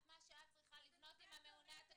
את לא צריכה להבין בזה.